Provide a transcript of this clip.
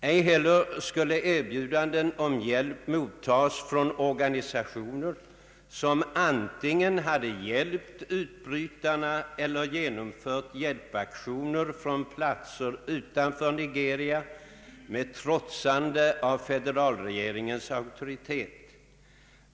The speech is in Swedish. Ej heller skulle erbjudanden om hjälp mottas från organisationer som antingen hade hjälpt utbrytarna eller genomfört hjälpaktioner från platser utanför Nigeria med trotsande av federalregeringens auktoritet.